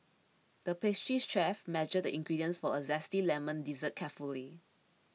the pastry chef measured the ingredients for a Zesty Lemon Dessert carefully